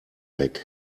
weg